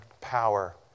power